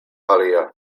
alia